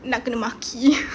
nak kena maki